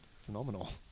phenomenal